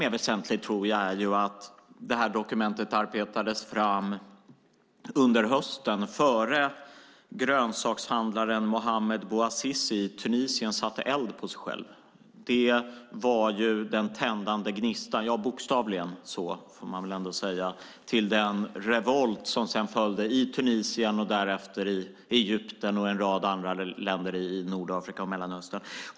Jag tror att det är ännu mer väsentligt att dokumentet arbetades fram under hösten, innan dess att grönsakshandlare Mohammed Bouazizi i Tunisien satte eld på sig själv. Det var den bokstavligen den tändande gnistan till den revolt som sedan följde i Tunisien och därefter i Egypten och en rad andra länder i Nordafrika och Mellanöstern.